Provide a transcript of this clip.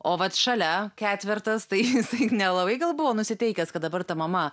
o vat šalia ketvertas tai jisai nelabai gal buvo nusiteikęs kad dabar ta mama